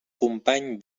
company